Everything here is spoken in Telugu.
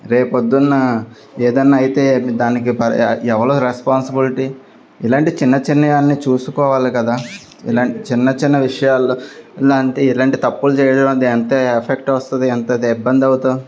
రేపొద్దున్న ఏదైనా అయితే దానికి ఎవరు రెస్పాన్సిబిలిటీ ఇలాంటి చిన్న చిన్నవన్నీ చూసుకోవాలి కదా ఇలాంటి చిన్న చిన్న విషయాలు లాంటి ఇలాంటి తప్పులు చేయడం ఎంత ఎఫెక్ట్ వస్తుంది ఎంత ఇబ్బంది అవుతుంది